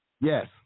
Yes